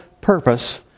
purpose